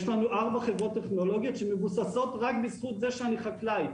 יש לנו ארבע חברות טכנולוגיות שמבוססות רק בזכות זה שאני חקלאי,